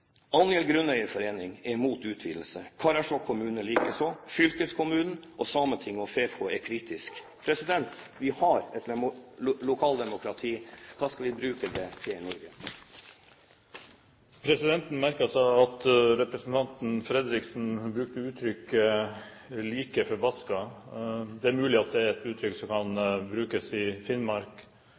Grunneierforening er imot utvidelse, Karasjok kommune likeså. Fylkeskommunen, Sametinget og FeFo er kritisk. Vi har et lokaldemokrati – hva skal vi bruke det til i Norge? Presidenten merker seg at representanten Fredriksen bruker uttrykket «like forbaska». Det er mulig at det er et uttrykk som kan brukes i Finnmark,